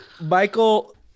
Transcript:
michael